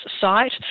site